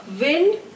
wind